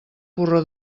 porró